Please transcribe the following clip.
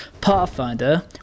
Pathfinder